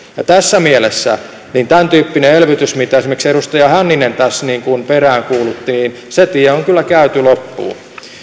tässä mielessä tämäntyyppisen elvytyksen mitä esimerkiksi edustaja hänninen tässä peräänkuulutti tie on kyllä käyty loppuun